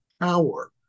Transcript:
power